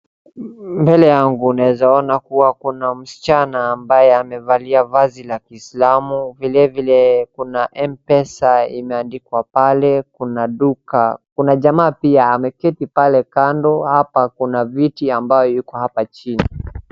Mbele yangu naeza kuona kuwa kuna msichana ambaye amevalia vazi la kiislamu vilevile kuna M-PESA imeandiikwa pale, kuna duka. Kuna jamaa pia ameketi pale kando. Hapa kuna viti ambaye yuko hapa chini.